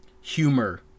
humor